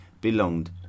belonged